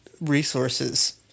resources